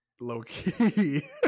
Low-key